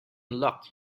luck